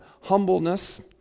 humbleness